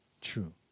true